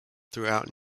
throughout